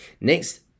next